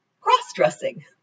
cross-dressing